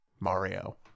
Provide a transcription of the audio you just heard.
Mario